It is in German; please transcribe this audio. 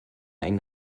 ein